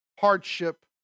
hardship